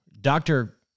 doctor